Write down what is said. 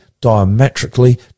diametrically